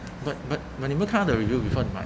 but but when 你们看它的 review before 你买